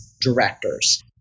directors